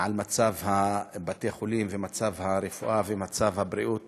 על מצב בתי-החולים ומצב הרפואה ומצב הבריאות